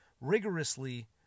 rigorously